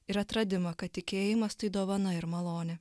ir atradimą kad tikėjimas tai dovana ir malonė